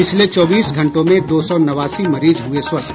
पिछले चौबीस घंटों में दो सौ नवासी मरीज हुए स्वस्थ